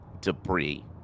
debris